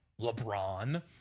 lebron